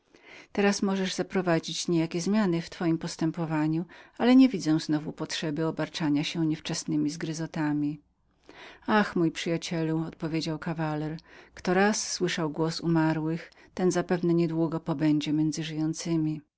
teraz możesz pan zaprowadzić niejakie zmiany w twojem postępowaniu ale niewidzę znowu potrzeby obarczania się niewczesnemi zgryzotami ach mój przyjacielu odpowiedział kawaler kto raz słyszał głos umarłych ten zapewne nie długo pobędzie między żyjącymi